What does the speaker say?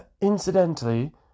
Incidentally